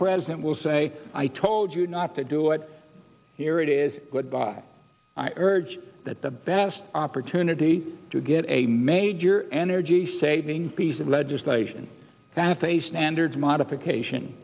president will say i told you not to do it here it is goodbye i urge that the best opportunity to get a major energy saving piece of legislation